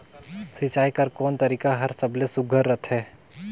सिंचाई कर कोन तरीका हर सबले सुघ्घर रथे?